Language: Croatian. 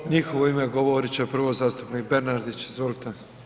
U njihovo ime govorit će prvo zastupnik Bernardić, izvolite.